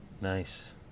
Nice